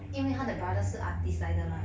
因为他的 brother 是 artist 来的 mah